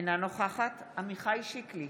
אינה נוכחת עמיחי שיקלי,